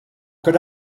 could